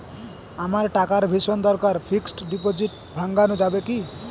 আমার টাকার ভীষণ দরকার ফিক্সট ডিপোজিট ভাঙ্গানো যাবে কি?